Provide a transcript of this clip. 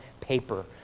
paper